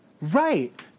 Right